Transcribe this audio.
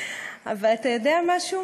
אבל אתה יודע משהו?